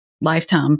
lifetime